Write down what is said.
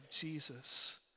Jesus